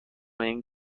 این